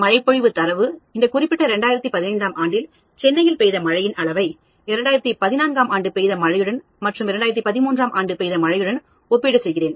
மழைப்பொழிவு தரவு இந்த குறிப்பிட்ட 2015 ஆண்டில் சென்னையில் பெய்த மழையின் அளவை 2014 ஆம் ஆண்டு பெய்த மழையுடன் மற்றும் 2013ம் ஆண்டு பெய்த மழையுடன்ஒப்பீடு செய்கிறேன்